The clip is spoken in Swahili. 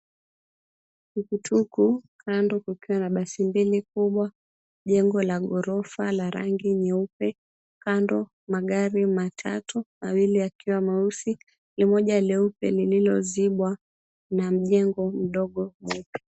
Tukutuku kando kukuwa na basi mbili kubwa, jengo la ghorofa la rangi nyeupe. Kando magari matatu mawili yakiwa mieusi mmoja leupe likiwa limezibwa na mjengo mdogo.